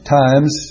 times